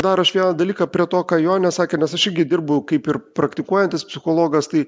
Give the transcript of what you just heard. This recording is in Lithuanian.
dar aš vieną dalyką prie to ką jonė sakė nes aš irgi dirbu kaip ir praktikuojantis psichologas tai